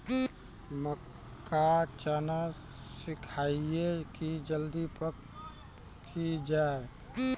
मक्का चना सिखाइए कि जल्दी पक की जय?